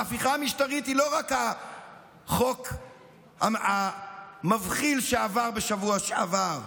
ההפיכה המשטרית היא לא רק חוק מבחיל שעבר בשבוע שעבר,